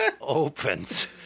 opens